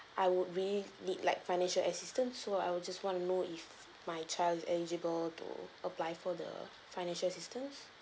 I would really need like financial assistance so I will just want to know if my child eligible to apply for the financial assistance